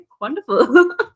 wonderful